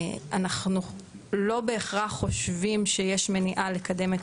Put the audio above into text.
אנחנו לא בהכרח חושבים שיש מניעה לקדם את